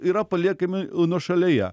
yra paliekami nuošalėje